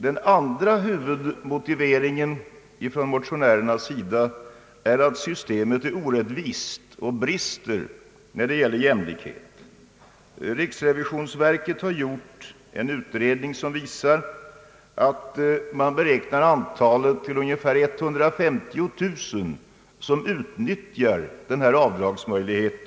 Den andra huvudorsaken för motionärerna är att systemet är orättvist och brister i fråga om jämlikhet. Riksrevisionsverket har gjort en utredning, enligt vilken man beräknar att ungefär 150 000 personer utnyttjar denna avdragsmöjlighet.